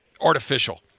artificial